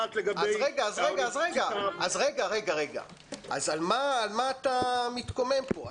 רציתם לדעת לגבי --- רגע, על מה אתה מתקומם פה?